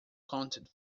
content